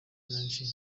menshi